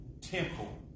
temple